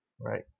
Right